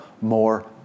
more